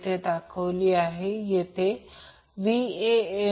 तर उत्तर येथे दिले नाही